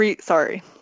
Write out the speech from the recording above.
sorry